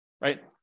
right